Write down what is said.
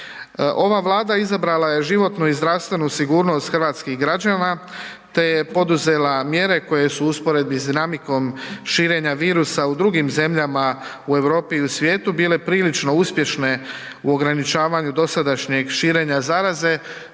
Ova Vlada izabrala je životnu i zdravstvenu sigurnost hrvatskih građana te je poduzela mjere koje su u usporedbi s dinamikom širenja virusa u drugim zemljama u Europi i u svijetu bile prilično uspješne u ograničavanju dosadašnjeg širenja zaraze.